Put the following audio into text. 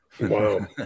Wow